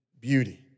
beauty